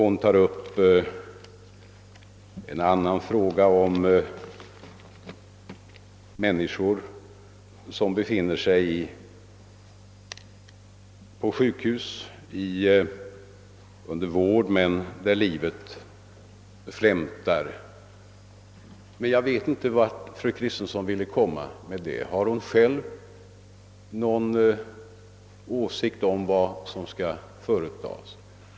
Hon tar också upp frågan om sådana människor, vilkas flämtande livslåga uppehålles genom intensiv sjukhusvård. Jag vet dock inte vart fru Kristensson vill komma med allt detta. Har hon själv någon åsikt om vad som skall företas?